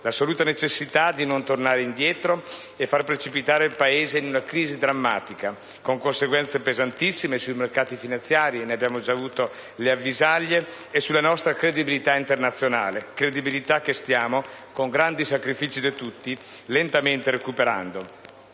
l'assoluta necessità di non tornare indietro e far precipitare il Paese in una crisi drammatica, con conseguenze pesantissime sui mercati finanziari - ne abbiamo già avuto le avvisaglie - e sulla nostra credibilità internazionale, credibilità che stiamo, con grandi sacrifici di tutti, lentamente recuperando.